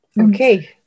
Okay